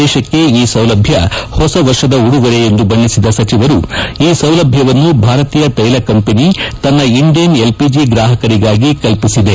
ದೇಶಕ್ಕೆ ಈ ಸೌಲಭ್ಞ ಹೊಸ ವರ್ಷದ ಉಡುಗೊರೆ ಎಂದು ಬಣ್ಣಿಸಿದ ಸಚಿವರು ಈ ಸೌಲಭ್ಞವನ್ನು ಭಾರತೀಯ ತೈಲ ಕಂಪನಿ ತನ್ನ ಇಂಡೇನ್ ಎಲ್ಪಿಜಿ ಗ್ರಾಹಕರಿಗಾಗಿ ಕಲ್ಪಿಸಿದೆ